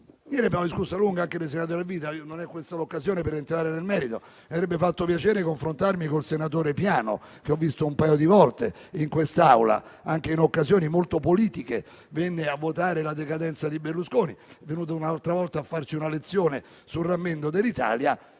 Ieri abbiamo discusso a lungo anche dei senatori a vita: non è questa l'occasione per entrare nel merito, ma mi avrebbe fatto piacere confrontarmi col senatore Piano, che ho visto un paio di volte in quest'Aula, anche in occasioni molto politiche (venne a votare la decadenza di Berlusconi; è venuto un'altra volta a farci una lezione sul rammendo dell'Italia;